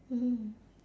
mm